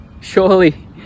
surely